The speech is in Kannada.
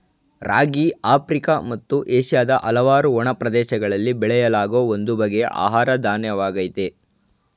ರಾಗಿ ಆಫ್ರಿಕ ಮತ್ತು ಏಷ್ಯಾದ ಹಲವಾರು ಒಣ ಪ್ರದೇಶಗಳಲ್ಲಿ ಬೆಳೆಯಲಾಗೋ ಒಂದು ಬಗೆಯ ಆಹಾರ ಧಾನ್ಯವಾಗಯ್ತೆ